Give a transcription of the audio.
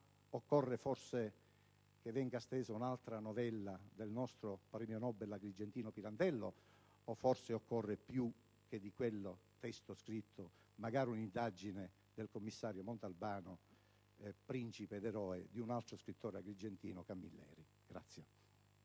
occorre forse che venga stesa un'altra novella del nostro premio Nobel agrigentino Pirandello, o forse occorre piuttosto un'indagine del commissario Montalbano, principe ed eroe di un altro scrittore agrigentino, Camilleri?